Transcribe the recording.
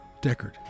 Deckard